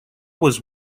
was